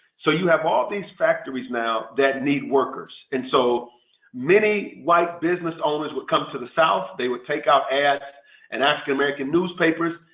so you have all these factories now that need workers and so many white business owners would come to the south. they would take out ads and ask the american newspapers.